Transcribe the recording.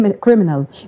criminal